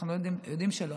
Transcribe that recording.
אנחנו יודעים שלא,